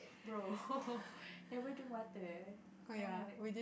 bro never drink water I mean a bit